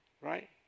Right